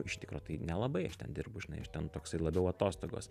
iš tikro tai nelabai aš ten dirbu žinai aš ten toksai labiau atostogos